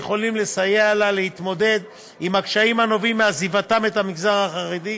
לסייע לה להתמודד עם הקשיים הנובעים מעזיבתה את המגזר החרדי,